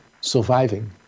surviving